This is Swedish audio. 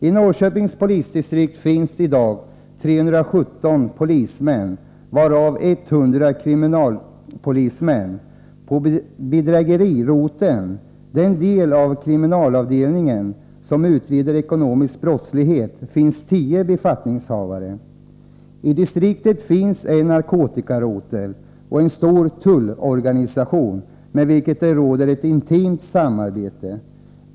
I Norrköpings polisdistrikt finns det i dag 317 polismän, av vilka 100 är kriminalpolismän. På bedrägeriroteln, den del av kriminalavdelningen som utreder ekonomisk brottslighet, finns det 10 befattningshavare. I distriktet finns det en narkotikarotel och en stor tullorganisation, mellan vilka det råder ett intimt samarbete.